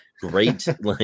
great